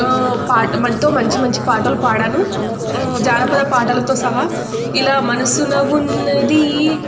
పా మంతో మంచి మంచి పాటలు పాడాను జానపద పాటలతో సహా ఇలా మనసున ఉన్నది